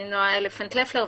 אני נועה אלפנט לפלר,